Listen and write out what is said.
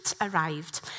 arrived